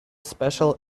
special